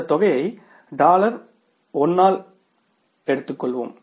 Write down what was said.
அந்த தொகையை டாலர் 1 ஆயிரத்தில் எடுத்துக்கொள்வேம்